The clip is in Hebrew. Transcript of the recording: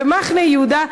במחנה-יהודה,